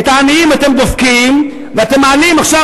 את העניים אתם דופקים, ואתם מעלים עכשיו.